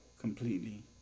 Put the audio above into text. completely